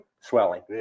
Swelling